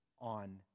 on